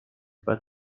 but